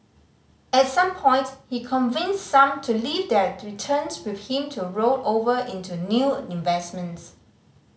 at some point he convinced some to leave their returns with him to roll over into new investments